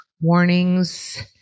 warnings